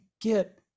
get